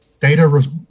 data